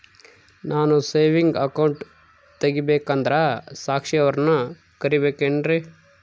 ನಾನು saving account ತೆಗಿಬೇಕಂದರ ಸಾಕ್ಷಿಯವರನ್ನು ಕರಿಬೇಕಿನ್ರಿ?